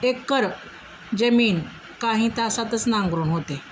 acre जमीन काही तासातच नांगरून होते